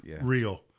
real